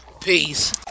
Peace